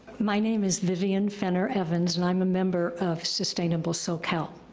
my name is vivian fenner-evans, and i'm a member of sustainable soquel.